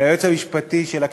ליועץ המשפטי של הכנסת,